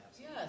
Yes